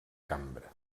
cambra